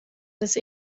las